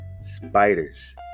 spiders